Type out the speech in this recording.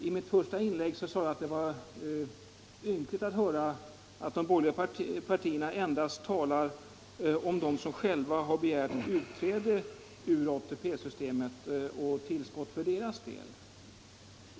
I mitt första inlägga sade jag att det var ynkligt att höra att de borgerliga partierna endast talar om tillskott för dem som själva har begärt utträde ur ATP-systemet.